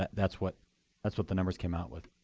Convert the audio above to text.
that's what that's what the numbers came out with.